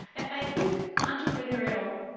i think entrepreneurial,